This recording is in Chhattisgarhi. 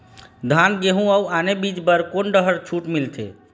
धान गेहूं अऊ आने बीज बर कोन डहर छूट मिलथे?